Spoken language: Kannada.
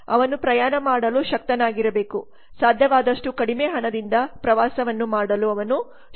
ಅವನು ಪ್ರಯಾಣ ಮಾಡಲು ಶಕ್ತನಾಗಿರಬೇಕು ಸಾಧ್ಯವಾದಷ್ಟು ಕಡಿಮೆ ಹಣದಿಂದ ಪ್ರವಾಸವನ್ನು ಮಾಡಲು ಅವನು ಶಕ್ತನಾಗಿರಬೇಕು